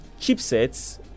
chipsets